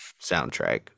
soundtrack